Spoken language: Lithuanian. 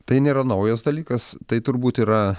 tai nėra naujas dalykas tai turbūt yra